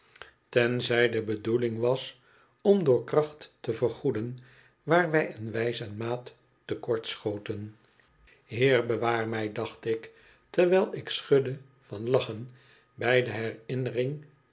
tenzij de bedoeling was om door kracht te vergoeden waar wij in wijs en maat te kort schoten heer bewaar mij dacht ik terwijl ik schudde van lachen bij de herinnering